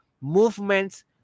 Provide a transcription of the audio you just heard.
movements